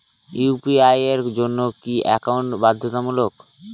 UPI এর জন্য কি একাউন্ট বাধ্যতামূলক?